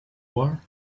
war